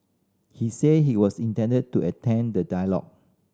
he said he was intend to attend the dialogue